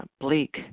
bleak